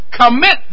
commit